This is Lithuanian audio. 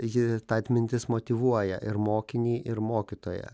ji ta atmintis motyvuoja ir mokinį ir mokytoją